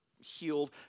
healed